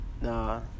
Nah